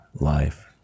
life